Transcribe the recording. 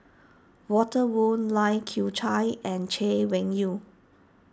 Walter Woon Lai Kew Chai and Chay Weng Yew